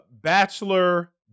Bachelor